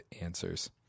answers